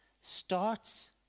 starts